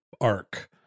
arc